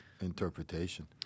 interpretation